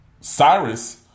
Cyrus